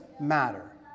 matter